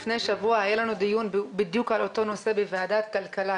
לפני שבוע היה לנו דיון בדיוק על אותו נושא בוועדת הכלכלה,